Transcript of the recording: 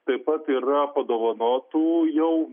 taip pat yra padovanotų jau